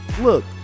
look